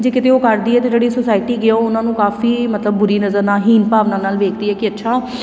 ਜੇ ਕਿਤੇ ਉਹ ਕਰਦੀ ਹੈ ਤਾਂ ਜਿਹੜੀ ਸੋਸਾਇਟੀ ਹੈਗੀ ਹੈ ਉਹ ਉਹਨਾਂ ਨੂੰ ਕਾਫੀ ਮਤਲਬ ਬੁਰੀ ਨਜ਼ਰ ਨਾਲ ਹੀਣ ਭਾਵਨਾ ਨਾਲ ਵੇਖਦੀ ਹੈ ਕਿ ਅੱਛਾ